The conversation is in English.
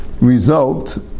result